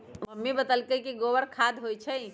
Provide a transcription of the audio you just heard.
mummy बतअलई कि गोबरो खाद होई छई